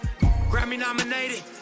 Grammy-nominated